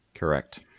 Correct